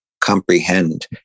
comprehend